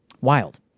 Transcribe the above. Wild